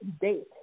date